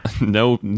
no